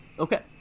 Okay